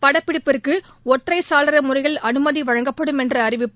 படப்பிடிக்கு ஒற்றை சாளர முறையில் அனுமதி அளிக்கப்படும் என்ற அறிவிப்பு